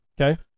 Okay